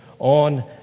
on